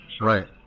right